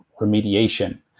remediation